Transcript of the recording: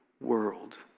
world